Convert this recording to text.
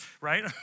right